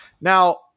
Now